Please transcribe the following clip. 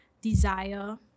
desire